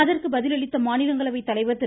அதற்கு பதிலளித்த மாநிலங்களவைத் தலைவர் திரு